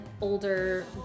older